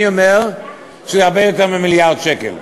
אני אומר שזה הרבה יותר ממיליארד שקל,